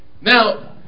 now